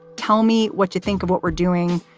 tell me what you think of what we're doing.